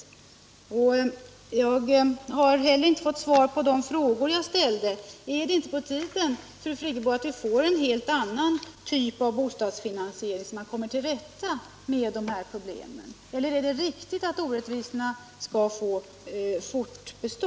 Jag har heller inte fått svar på de frågor jag ställde. Är det inte på tiden, fru Friggebo, att vi får en helt annan typ av bostadsfinansiering, så att man kommer till rätta med dessa problem? Eller är det riktigt att orättvisorna skall få bestå?